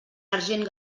argent